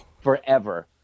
forever